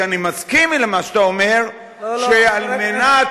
כי אני מסכים למה שאתה אומר, שעל מנת